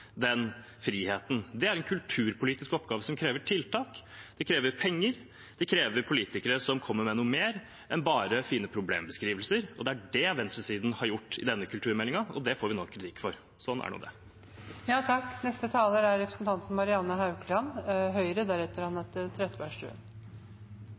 den friheten. Det er en kulturpolitisk oppgave som krever tiltak, det krever penger, det krever politikere som kommer med noe mer enn bare fine problembeskrivelser. Det er det venstresiden har gjort i denne kulturmeldingen, og det får vi nå kritikk for. Sånn er nå